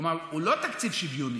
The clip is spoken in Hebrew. כלומר הוא לא תקציב שוויוני.